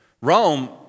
Rome